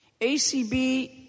ACB